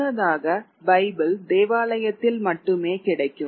முன்னதாக பைபிள் தேவாலயத்தில் மட்டுமே கிடைக்கும்